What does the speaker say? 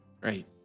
Right